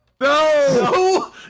No